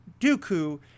Dooku